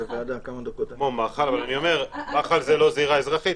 אבל מח"ל זה לא זירה אזרחית,